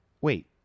Wait